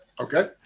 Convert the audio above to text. Okay